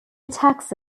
taxi